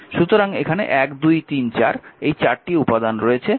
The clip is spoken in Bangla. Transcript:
সুতরাং এখানে 1 2 3 4 এই 4টি উপাদান রয়েছে